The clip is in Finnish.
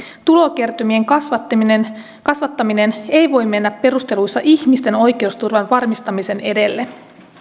tulokertymien kasvattaminen kasvattaminen ei voi mennä perusteluissa ihmisten oikeusturvan varmistamisen edelle